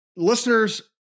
Listeners